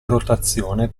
rotazione